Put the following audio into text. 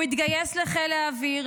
הוא התגייס לחיל האוויר,